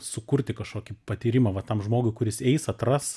sukurti kažkokį patyrimą va tam žmogui kuris eis atras